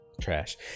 trash